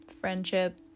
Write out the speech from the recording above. friendship